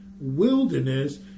Wilderness